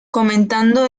comentando